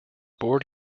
board